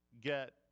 get